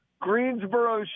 Greensboro